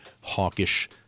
hawkish